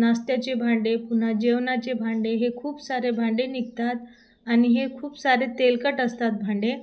नाश्त्याचे भांडे पुन्हा जेवणाचे भांडे हे खूप सारे भांडे निघतात आणि हे खूप सारे तेलकट असतात भांडे